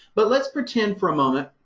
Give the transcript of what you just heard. but let's pretend for a moment,